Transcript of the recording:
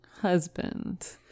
husband